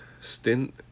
stint